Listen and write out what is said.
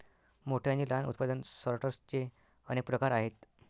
मोठ्या आणि लहान उत्पादन सॉर्टर्सचे अनेक प्रकार आहेत